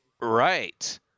Right